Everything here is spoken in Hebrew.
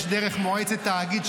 יש דרך מועצת התאגיד,